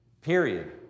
period